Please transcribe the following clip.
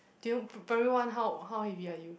p~ primary one how how heavy are you